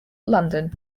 london